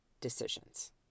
decisions